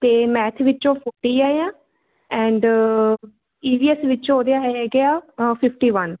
ਅਤੇ ਮੈਥ ਵਿੱਚੋਂ ਫੋਰਟੀ ਆਏ ਆ ਐਂਡ ਈਵੀਐੱਸ ਵਿੱਚੋਂ ਉਹਦੇ ਆਏ ਹੈਗੇ ਆ ਫਿਫਟੀ ਵਨ